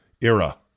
era